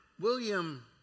William